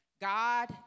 God